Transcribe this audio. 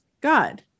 God